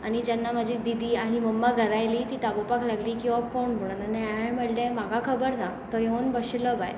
आनी जेन्ना म्हजें दिदी आनी मम्मा घरा आयलीं ती दाखोवपाक लागली की हो कोण म्हणून आनी हांवें म्हणलें म्हाका खबर ना तो येवन बशिल्लो भायर